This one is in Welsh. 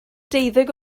deuddeg